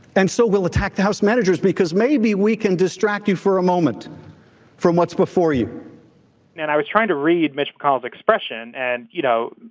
and so we'll attack the house managers because maybe we can distract you for a moment from what's before you and i was trying to read mitch mcconnell's expression. and, you know,